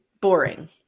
boring